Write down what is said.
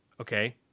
okay